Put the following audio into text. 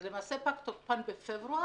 שלמעשה פג תוקפן של הפוליסות האלה בפברואר